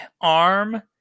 arm